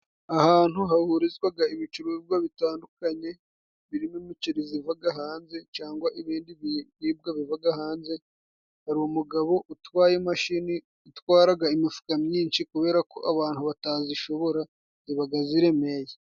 Ahantu hahurizwaga ibicuruzwa bitandukanye birimo imiceri zivaga hanze cangwa ibindi biribwa bivaga hanze, hari umugabo utwaye imashini itwaraga imifuka myinshi kubera ko abantu batazishobora, zibaga ziremeye.